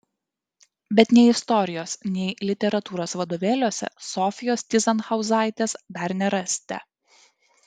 bet nei istorijos nei literatūros vadovėliuose sofijos tyzenhauzaitės dar nerasite